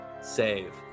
save